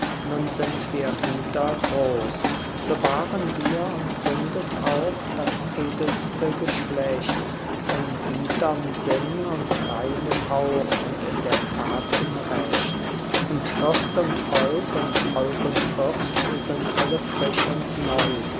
nun sind wir wieder groß so waren wir und sind es auch das edelste geschlecht von biederm sinn und reinem hauch und in der taten recht und fürst und volk und volk und fürst sind alle frisch und neu